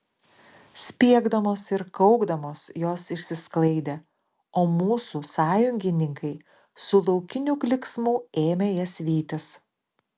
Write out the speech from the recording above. spiegdamos ir kaukdamos jos išsisklaidė o mūsų sąjungininkai su laukiniu klyksmu ėmė jas vytis